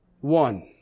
one